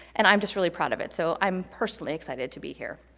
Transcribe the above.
and i'm just really proud of it, so i'm personally excited to be here.